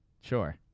sure